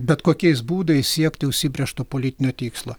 bet kokiais būdais siekti užsibrėžto politinio tikslo